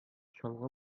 чалгы